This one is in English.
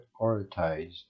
prioritized